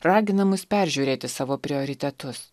ragina mus peržiūrėti savo prioritetus